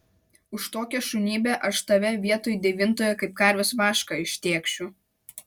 už tokią šunybę aš tave vietoj devintojo kaip karvės vašką ištėkšiu